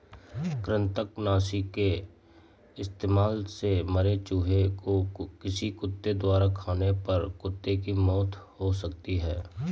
कृतंकनाशी के इस्तेमाल से मरे चूहें को किसी कुत्ते द्वारा खाने पर कुत्ते की मौत हो सकती है